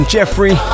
Jeffrey